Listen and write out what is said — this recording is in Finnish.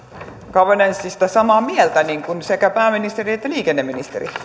governancesta samaa mieltä niin kuin sekä pääministeri että liikenneministeri